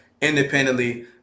independently